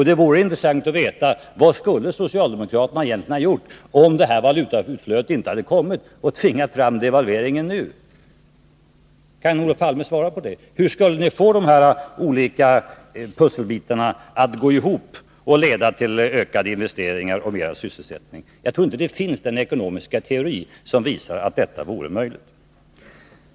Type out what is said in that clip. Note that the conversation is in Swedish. Det vore intressant att få veta vad socialdemokraterna egentligen skulle ha gjort, om valutautflödet inte hade uppstått och tvingat fram devalveringen just nu. Kan Olof Palme svara på frågan: Hur skulle ni ha fått de olika pusselbitarna att passa ihop, så att det skulle ha lett till en ökning av investeringarna och mer sysselsättning? Jag tror inte det finns någon ekonomisk teori som visar att detta hade varit möjligt.